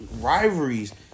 rivalries